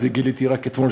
את זה גיליתי רק אתמול,